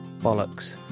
Bollocks